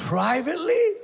Privately